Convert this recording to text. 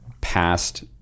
past